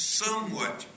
somewhat